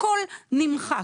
הכול נמחק,